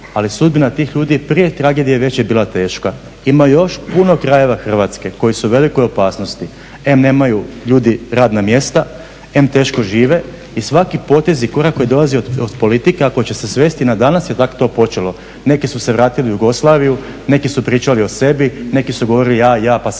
ali sudbina tih ljudi prije tragedije već je bila teška. Ima još puno krajeva Hrvatske koji su u velikoj opasnosti. Em nemaju ljudi radna mjesta, em teško žive i svaki potez i korak koji dolazi od politike ako će se svesti jel danas je tako to počelo neki su se vratili u Jugoslaviju, neki su pričali o sebi, neki su govorili ja, ja pa samo